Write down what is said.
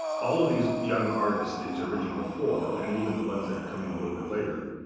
all of these young artists, these original four, and even the ones that come in a little bit later,